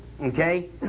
Okay